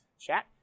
Chat